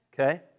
Okay